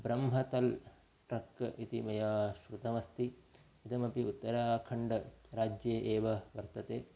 Brahmatal trek इति मया श्रुतमस्ति इदमपि उत्तराखण्ड् राज्ये एव वर्तते